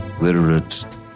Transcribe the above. literate